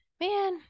man